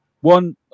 One